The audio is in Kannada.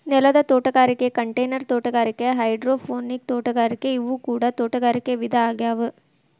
ನೆಲದ ತೋಟಗಾರಿಕೆ ಕಂಟೈನರ್ ತೋಟಗಾರಿಕೆ ಹೈಡ್ರೋಪೋನಿಕ್ ತೋಟಗಾರಿಕೆ ಇವು ಕೂಡ ತೋಟಗಾರಿಕೆ ವಿಧ ಆಗ್ಯಾವ